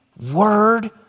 word